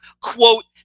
quote